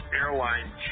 Airline